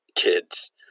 Kids